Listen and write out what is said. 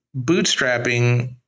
bootstrapping